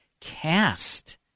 cast